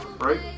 right